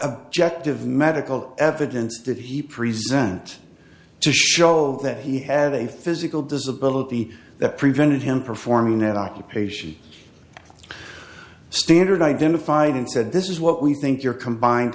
objective medical evidence did he present to show that he had a physical disability that prevented him performing at occupation standard identified and said this is what we think your combined